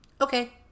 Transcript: Okay